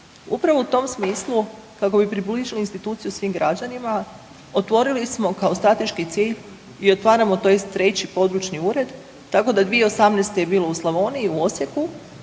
Upravo u tom smislu, kako bi približili instituciju svim građanima, otvorili smo kao strateški cilj i otvaramo, tj. 3. područni ured, tako da 2018. je bilo u Slavoniji, u Osijeku,